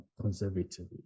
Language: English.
conservatively